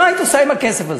מה היית עושה עם הכסף הזה?